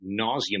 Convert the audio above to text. nauseum